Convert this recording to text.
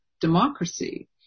democracy